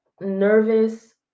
nervous